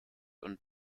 und